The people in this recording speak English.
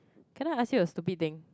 can I ask you a stupid thing